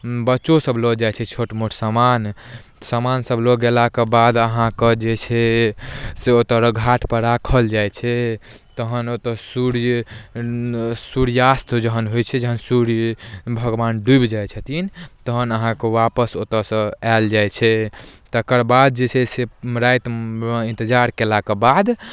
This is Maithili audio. बच्चोसभ लऽ जाइ छै छोट मोट सामान सामानसभ लऽ गेलाके बाद अहाँके जे छै से ओतय घाटपर राखल जाइ छै तहन ओतय सूर्य सूर्यास्त जहन होइ छै जखन सूर्य भगवान डूबि जाइ छथिन तहन अहाँके वापस ओतयसँ आयल जाइ छै तकर बाद जे छै से राति मे इन्तजार केलाके बाद